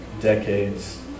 decades